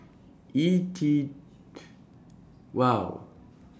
E T wow